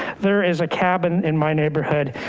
there is a cabin in my neighborhood,